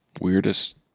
Weirdest